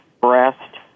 breast